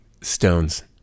Stones